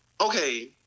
okay